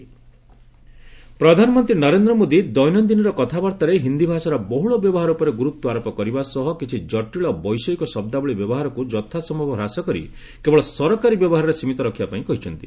PM Hindi ପ୍ରଧାନମନ୍ତ୍ରୀ ନରେନ୍ଦ୍ର ମୋଦି ଦୈନନ୍ଦିନର କଥାବାର୍ତ୍ତାରେ ହିନ୍ଦୀ ଭାଷାର ବହୁଳ ବ୍ୟବହାର ଉପରେ ଗୁରୁତ୍ୱ ଆରୋପ କରିବା ସହ କିଛି ଜଟିଳ ବୈଷୟିକ ଶବ୍ଦାବଳୀ ବ୍ୟବହାରକୁ ଯଥାସମ୍ଭବ ହ୍ରାସ କରି କେବଳ ସରକାରୀ ବ୍ୟବହାରରେ ସୀମିତ ରଖିବା ପାଇଁ କହିଛନ୍ତି